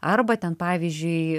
arba ten pavyzdžiui